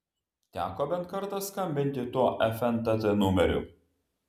teko bent kartą skambinti tuo fntt numeriu